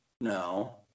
No